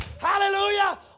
Hallelujah